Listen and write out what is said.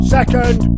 Second